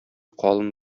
калын